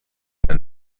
der